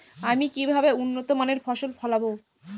আমি কিভাবে উন্নত মানের ফসল ফলাব?